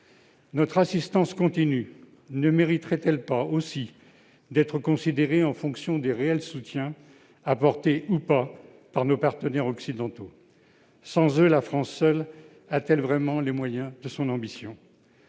Notre assistance continue ne mériterait-elle pas aussi d'être considérée en fonction des réels soutiens apportés, ou non, par nos partenaires occidentaux ? Sans eux, la France, seule, a-t-elle réellement les moyens de son ambition ?